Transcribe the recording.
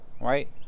right